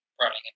running